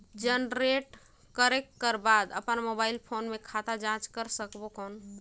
Generate करक कर बाद अपन मोबाइल फोन मे खाता जांच कर सकबो कौन?